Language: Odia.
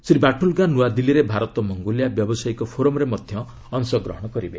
ଶ୍ରୀ ବାଟୁଲଗା ନୂଆଦିଲ୍ଲୀରେ ଭାରତ ମଙ୍ଗୋଲିଆ ବ୍ୟବସାୟିକ ଫୋରମ୍ରେ ମଧ୍ୟ ଅଂଶଗ୍ରହଣ କରିବେ